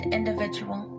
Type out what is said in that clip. individual